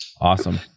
Awesome